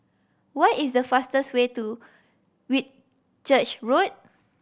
what is the fastest way to Whitchurch Road